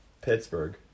Pittsburgh